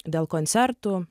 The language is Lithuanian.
dėl koncertų